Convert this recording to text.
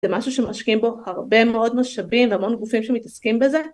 זה משהו שמשקיעים בו הרבה מאוד משאבים והמון גופים שמתעסקים בזה